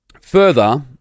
Further